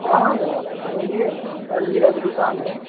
हाँ हाँ सर आप बोलिए अलमीरा की दुकान है